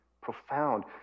profound